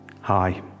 Hi